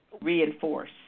reinforce